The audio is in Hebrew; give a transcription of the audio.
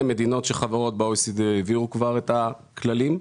מדינות שחברות ב-OECD העבירו כבר את הכללים.